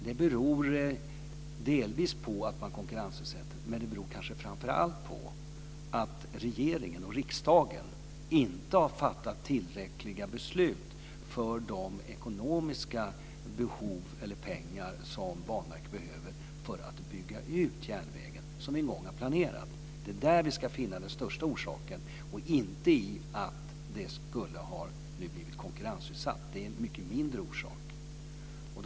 Det beror delvis på att man konkurrensutsätter, men det beror kanske framför allt på att regeringen och riksdagen inte har fattat tillräckliga beslut när det gäller de ekonomiska behov som Banverket har för att kunna bygga ut järnvägen, som vi en gång har planerat. Det är där vi finner den viktigaste orsaken - inte i att verksamheten nu har blivit konkurrensutsatt. Det är en mycket mindre viktig orsak.